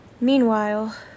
meanwhile